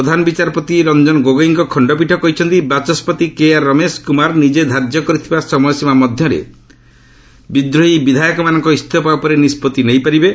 ପ୍ରଧାନ ବିଚାରପତି ରଞ୍ଜନ ଗୋଗୋଇଙ୍କ ଖଣ୍ଡପୀଠ କହିଛନ୍ତି ବାଚସ୍ୱତି କେ ଆର୍ ରମେଶ କ୍ରମାର ନିଜେ ଧାର୍ଯ୍ୟ କରିଥିବା ସମୟସୀମା ମଧ୍ୟରେ ବିଦ୍ରୋହୀ ବିଧାୟକମାନଙ୍କ ଇସ୍ତଫା ଉପରେ ନିଷ୍ପଭି ନେଇପାରିବେ